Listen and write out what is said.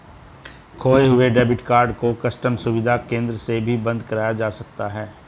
खोये हुए debit card को कस्टम सुविधा केंद्र से भी बंद कराया जा सकता है